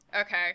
Okay